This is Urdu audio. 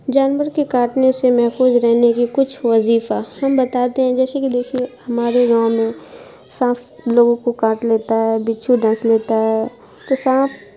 جانور کے کاٹنے سے محفوظ رہنے کی کچھ وظیفہ ہم بتاتے ہیں جیسے کہ دیکھیے ہمارے گاؤں میں سانپ لوگوں کو کاٹ لیتا ہے بچھو ڈس لیتا ہے تو سانپ